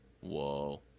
Whoa